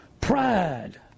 pride